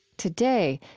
today,